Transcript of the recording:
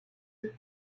del